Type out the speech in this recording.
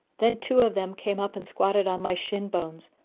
then two of them came up and squatted on my shin bones,